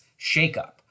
shakeup